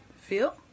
feel